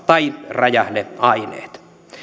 tai räjähdeaineet